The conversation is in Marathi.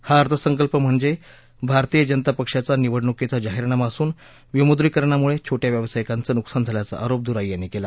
हा अर्थसंकल्प म्हणजे भारतीय जनता पक्षाचा निवडणुकीसाठीचा जाहीरनामा असून विमुद्रीकरणामुळे छोट्या व्यवसायिकांचं नुकसान झाल्याचा आरोप दुराई यांनी केला